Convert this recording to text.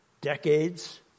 Decades